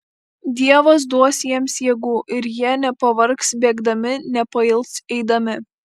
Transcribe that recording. dievas duos jiems jėgų ir jie nepavargs bėgdami nepails eidami